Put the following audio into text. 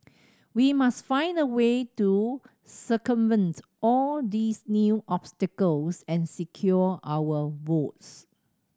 we must find a way to circumvent all these new obstacles and secure our votes